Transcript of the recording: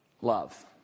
love